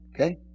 Okay